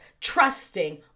trusting